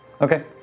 Okay